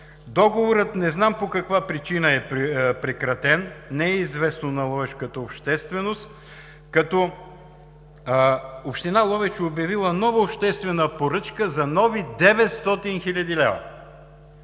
Договорът не знам по каква причина е прекратен – не е известно на ловешката общественост, като Община Ловеч е обявила нова обществена поръчка за нови 900 хил. лв.